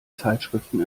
zeitschriften